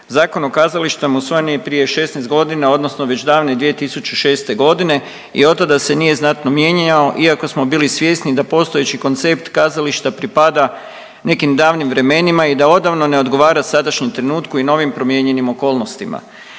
Zakon o kazalištima usvojen je prije 16 godina, odnosno već davne 2006. g. i otkada se nije znatno mijenjao iako smo bili svjesni da postojeći koncept kazališta pripada nekim davnim vremenima i da odavno ne odgovara sadašnjem trenutku i novim promijenjenim okolnostima.